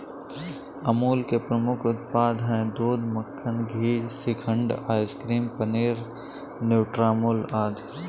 अमूल के प्रमुख उत्पाद हैं दूध, मक्खन, घी, श्रीखंड, आइसक्रीम, पनीर, न्यूट्रामुल आदि